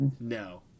No